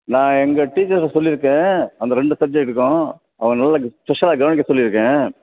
நான் எங்கள் டீச்சர்கிட்ட சொல்லி இருக்கேன் அந்த ரெண்டு சப்ஜக்ட்டுக்கும் அவனை நல்லா ஸ்பெஷலாக கவனிக்க சொல்லி இருக்கேன்